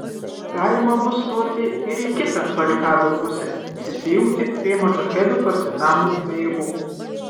galima bus stoti ir į kitą barikadų pusę prisijungti prie modžahedų partizanų pajėgų